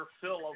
fill